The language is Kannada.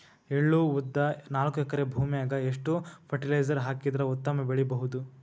ಎಳ್ಳು, ಉದ್ದ ನಾಲ್ಕಎಕರೆ ಭೂಮಿಗ ಎಷ್ಟ ಫರಟಿಲೈಜರ ಹಾಕಿದರ ಉತ್ತಮ ಬೆಳಿ ಬಹುದು?